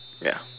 ya